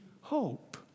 hope